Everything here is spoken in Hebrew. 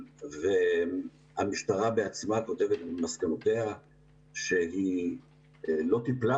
והמשטרה בעצמה כותבת את מסקנותיה שהיא לא טיפלה